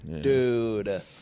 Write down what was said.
dude